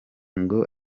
ngo